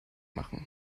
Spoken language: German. machen